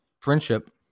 friendship